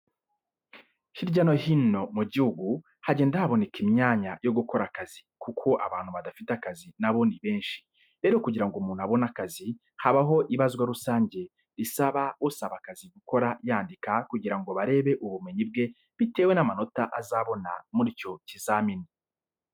Hirya no hi no mu gihugu hagenda haboneka imyanya yo gukora akazi kuko abantu badafite akazi nabo ni benshi. Rero kugirango umuntu abone akazi habaho ibazwa rusange risaba usaba akazi gukora yandika kugira ngo barebe ubumenyi bwe bitewe n'amanota azabona muri icyo kizamini.